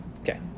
Okay